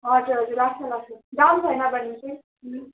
हजुर हजुर लाग्छ लाग्छ दाम छैन भने चाहिँ